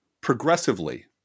progressively